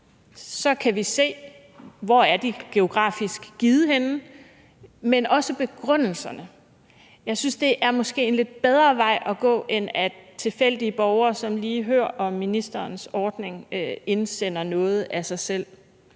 vi kan se, hvor de geografisk er givet henne, men også se begrundelserne? Jeg synes måske, det er en lidt bedre vej at gå, end at tilfældige borgere sådan lige hører om ministerens ordning, og selv indsender noget. Jeg